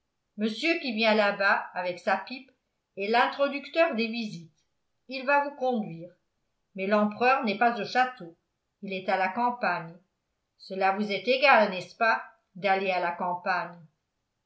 monsieur qui vient làbas avec sa pipe est l'introducteur des visites il va vous conduire mais l'empereur n'est pas au château il est à la campagne cela vous est égal n'est-ce pas d'aller à la campagne